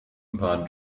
war